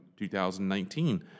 2019